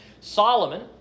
Solomon